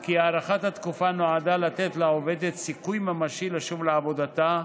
כי הארכת התקופה נועדה לתת לעובדת סיכוי ממשי לשוב לעבודתה,